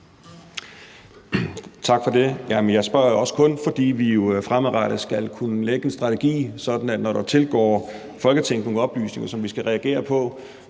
Tak for det. Jeg spørger også kun, fordi vi jo fremadrettet skal kunne lægge en strategi, for når der tilgår Folketinget nogle oplysninger, som vi skal reagere på,